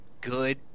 good